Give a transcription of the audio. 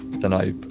then i,